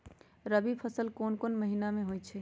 रबी फसल कोंन कोंन महिना में होइ छइ?